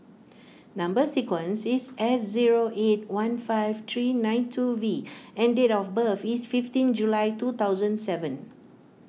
Number Sequence is S zero eight one five three nine two V and date of birth is fifteen July two thousand seven